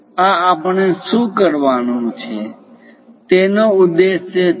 આ આપણે શું કરવાનું છે તેનો ઉદ્દેશ છે